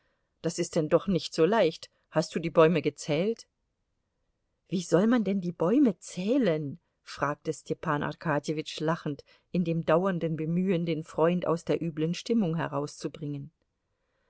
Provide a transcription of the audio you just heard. das ist denn doch nicht so leicht hast du die bäume gezählt wie soll man denn die bäume zählen fragte stepan arkadjewitsch lachend in dem dauernden bemühen den freund aus der üblen stimmung herauszubringen